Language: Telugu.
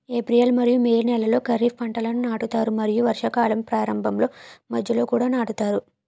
ఏప్రిల్ మరియు మే నెలలో ఖరీఫ్ పంటలను నాటుతారు మరియు వర్షాకాలం ప్రారంభంలో మధ్యలో కూడా నాటుతారు